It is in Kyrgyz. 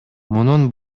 мунун